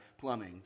plumbing